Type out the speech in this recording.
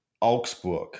Augsburg